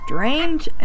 Strange